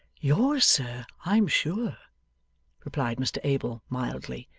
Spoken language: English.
yours, sir, i'm sure replied mr abel mildly.